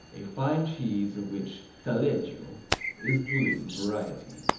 a fine cheese of which taleggio is the leading variety.